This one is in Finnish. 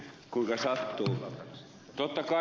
totta kai ed